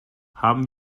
haben